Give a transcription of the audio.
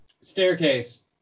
Staircase